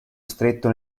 stretto